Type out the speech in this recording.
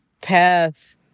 path